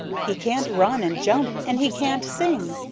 he can't run and jump and he can't sing,